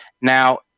Now